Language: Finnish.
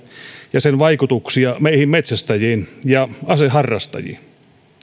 ja sen vaikutuksia meihin metsästäjiin ja aseharrastajiin